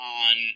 on